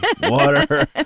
water